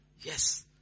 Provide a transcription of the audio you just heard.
yes